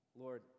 Lord